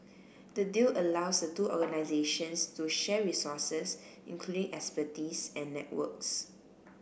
the deal allows the two organisations to share resources including expertise and networks